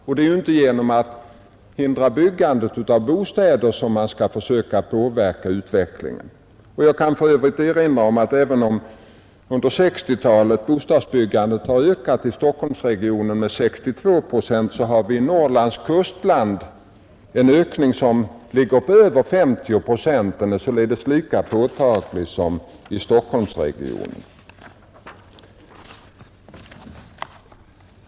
Man skall inte försöka påverka utvecklingen genom att hindra byggandet av bostäder. Jag kan erinra om att även om bostadsbyggandet under 1960-talet i Stockholmsregionen ökat med 62 procent, har vi i Norrlands kustland en ökning på över 50 procent. Den är således lika påtaglig som i Stockholmsregionen.